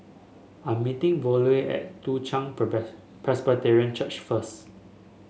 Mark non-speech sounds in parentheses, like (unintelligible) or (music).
I'm meeting Vollie at Toong Chai (unintelligible) Presbyterian Church first